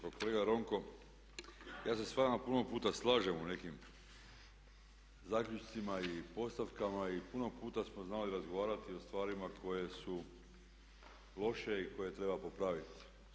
Pa kolega Ronko, ja se s vama puno puta slažem u nekim zaključcima i postavkama i puno puta smo znali razgovarati o stvarima koje su loše i koje treba popraviti.